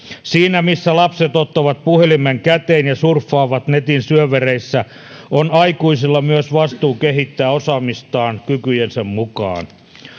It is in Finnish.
siinä missä lapset ottavat puhelimen käteen ja surffaavat netin syövereissä on aikuisilla myös vastuu kehittää osaamistaan kykyjensä mukaan